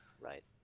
Right